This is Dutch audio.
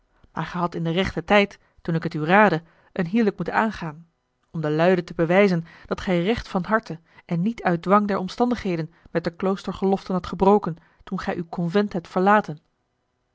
maar gij hadt in den rechten tijd toen ik het u raadde een hijlik moeten aangaan om de luiden te bewijzen dat gij recht van harte en niet uit dwang der omstandigheden met de kloostergeloften hadt gebroken toen gij uw convent hebt verlaten